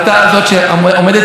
באמת זה תהליך,